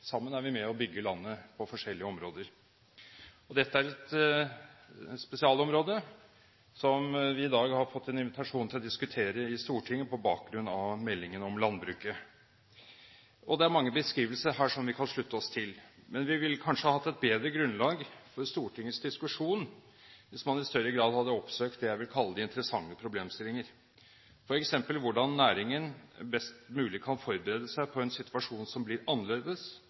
Sammen er vi med og bygger landet på forskjellige områder. Dette er et spesialområde, som vi i dag har fått en invitasjon til å diskutere i Stortinget på bakgrunn av meldingen om landbruket. Det er mange beskrivelser her som vi kan slutte oss til. Men vi ville kanskje hatt et bedre grunnlag for Stortingets diskusjon hvis man i større grad hadde oppsøkt det jeg vil kalle de interessante problemstillinger, f.eks. hvordan næringen best mulig kan forberede seg på en situasjon som blir annerledes,